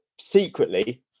secretly